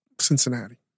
Cincinnati